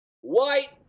White